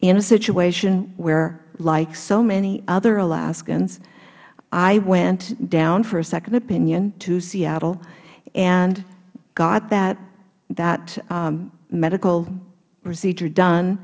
in a situation where like so many other alaskans i went down for a second opinion to seattle and got back that medical procedure done